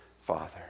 Father